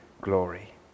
glory